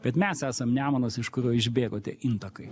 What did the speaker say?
kad mes esam nemunas iš kurio išbėgo tie intakai